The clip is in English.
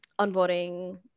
onboarding